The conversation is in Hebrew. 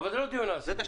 אבל זה לא דיון על הסיבים.